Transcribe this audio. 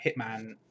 Hitman